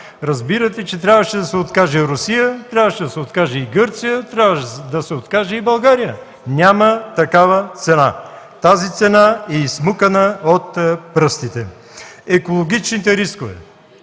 разбирате, че трябваше да се откаже и Русия, трябваше да се откаже и Гърция, трябваше да се откаже и България. Няма такава цена! Тази цена е изсмукана от пръстите! Екологичните рискове